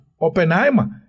Oppenheimer